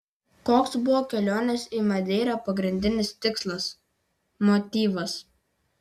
koks buvo kelionės į madeirą pagrindinis tikslas motyvas